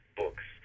books